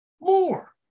more